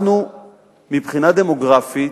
מבחינה דמוגרפית